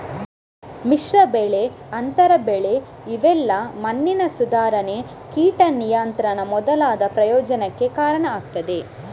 ಮಿಶ್ರ ಬೆಳೆ, ಅಂತರ ಬೆಳೆ ಇವೆಲ್ಲಾ ಮಣ್ಣಿನ ಸುಧಾರಣೆ, ಕೀಟ ನಿಯಂತ್ರಣ ಮೊದಲಾದ ಪ್ರಯೋಜನಕ್ಕೆ ಕಾರಣ ಆಗ್ತದೆ